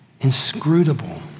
inscrutable